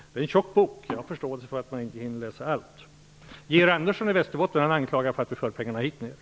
Det är en tjock bok, och jag har förståelse för att man inte hinner läsa allt. Georg Andersson anklagar oss för att föra pengarna söderut, hit ner.